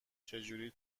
چجوری